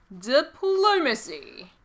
Diplomacy